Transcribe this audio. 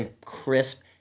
crisp